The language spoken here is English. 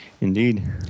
indeed